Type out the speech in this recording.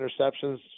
interceptions